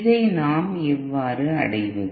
இதை நாம் எவ்வாறு அடைவது